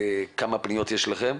כמה פניות יש לכם.